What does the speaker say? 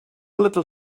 little